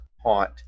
haunt